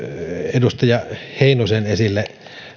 edustaja heinosen esille